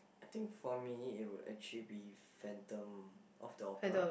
I think for me it would actually be Phantom of the Opera